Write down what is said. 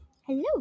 Hello